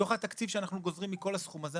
בתוך התקציב שאנחנו גוזרים מכל הסכום הזה,